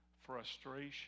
frustration